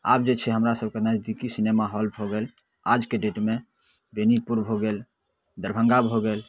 आब जे छै हमरा सभके नजदीके सिनेमाहॉल भऽ गेल आजके डेटमे बेनीपुर भऽ गेल दरभङ्गा भऽ गेल